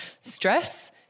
stress –